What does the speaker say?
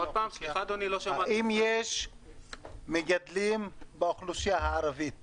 אכן כן, יש מגדלים באוכלוסייה הערבית